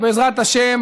בעזרת השם,